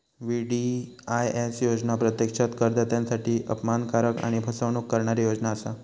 VDIS योजना प्रत्यक्षात करदात्यांसाठी अपमानकारक आणि फसवणूक करणारी योजना असा